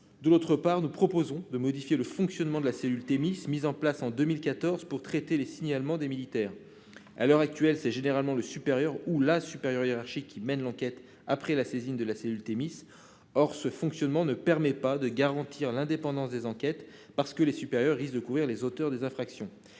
et, d'autre part, de modifier le fonctionnement de la cellule Thémis, mise en place en 2014 pour traiter les signalements concernant les militaires. À l'heure actuelle, c'est généralement le supérieur ou la supérieure hiérarchique qui mène l'enquête après la saisine de la cellule. Or ce mode de fonctionnement ne permet pas de garantir l'indépendance des enquêtes, les supérieurs risquant de couvrir les auteurs des infractions.